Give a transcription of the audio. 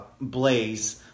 Blaze